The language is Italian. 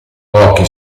pochi